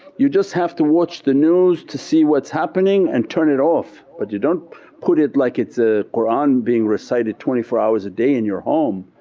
you just have to watch the news to see what's happening and turn it off but you don't put it like it's a qur'an being recited twenty four hours a day in your home,